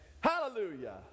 Hallelujah